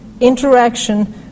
interaction